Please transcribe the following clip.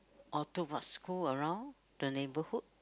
or too much school around the neighborhood